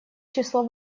число